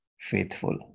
faithful